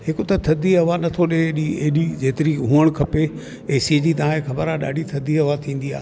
हिक त थधी हवा नथो ॾे एॾी एॾी जेतिरी हुअण खपे एसी जी तव्हांखे ख़बर आहे ॾाढी थधी हवा थींदी आहे